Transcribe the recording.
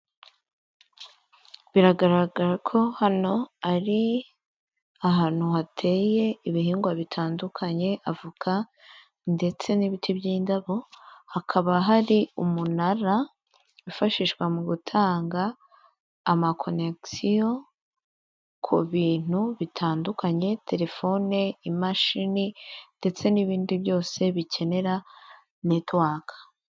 Biragaragara ko hano ari ahantu hateye ibihingwa bitandukanye, avoka ndetse n'ibiti by'indabo, hakaba hari umunara wifashishwa mu gutanga amakonekisiyo ku bintu bitandukanye: telefone, imashini ndetse n'ibindi byose bikenera network.